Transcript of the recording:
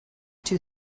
two